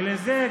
ולזה,